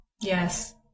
Yes